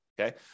okay